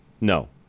No